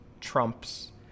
trumps